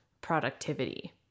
productivity